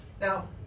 now